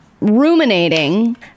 ruminating